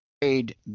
trade